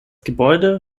gebäude